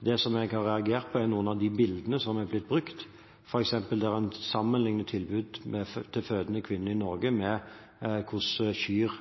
Det som jeg har reagert på, er noen av de bildene som er blitt brukt, f.eks. der en sammenligner tilbud til fødende kvinner i Norge med hvordan kyr